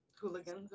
Hooligans